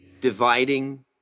dividing